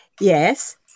Yes